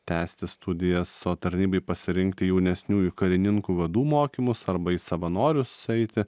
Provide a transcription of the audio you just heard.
tęsti studijas o tarnybai pasirinkt jaunesniųjų karininkų vadų mokymus arba į savanorius eiti